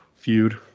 feud